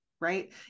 Right